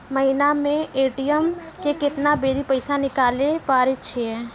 महिना मे ए.टी.एम से केतना बेरी पैसा निकालैल पारै छिये